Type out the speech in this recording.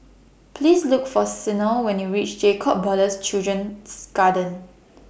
Please Look For Sena when YOU REACH Jacob Ballas Children's Garden